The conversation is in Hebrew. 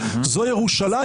זו ירושלים,